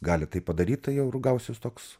gali taip padaryt tai jau ir gausis toks